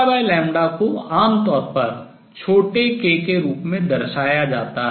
2 को आमतौर पर छोटे k के रूप में दर्शाया जाता है